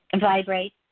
vibrate